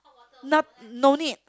not~ no need